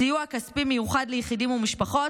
סיוע כספי מיוחד ליחידים ומשפחות.